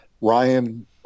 Ryan